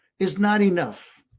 is not enough.